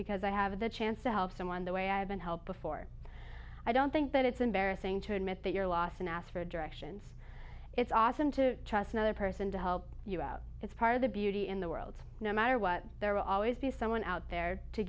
because i have the chance to help someone the way i've been helped before i don't think that it's embarrassing to admit that you're lost and ask for directions it's awesome to trust another person to help you out it's part of the beauty in the world no matter what there will always be someone out there to